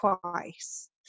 twice